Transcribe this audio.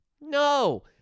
No